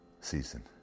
season